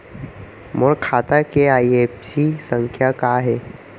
मोर खाता के आई.एफ.एस.सी संख्या का हे?